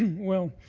well,